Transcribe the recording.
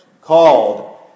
called